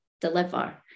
deliver